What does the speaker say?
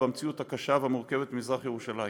במציאות הקשה והמורכבת במזרח-ירושלים.